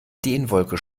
ideenwolke